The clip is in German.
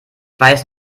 weiß